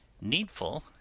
needful